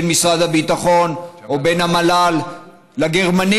בין משרד הביטחון או בין המל"ל לגרמנים,